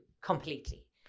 completely